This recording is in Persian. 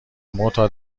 معتاد